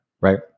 Right